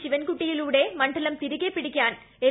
ശിവൻകുട്ടിയിലൂടെ മണ്ഡലം തിരികെ പിടിക്കാൻ എൽ